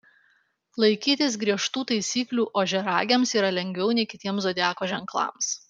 laikytis griežtų taisyklių ožiaragiams yra lengviau nei kitiems zodiako ženklams